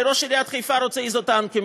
הרי ראש עיריית חיפה רוצה איזוטנקים.